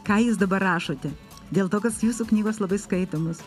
ką jūs dabar rašote dėl to kad jūsų knygos labai skaitomos